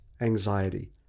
anxiety